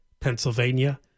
Pennsylvania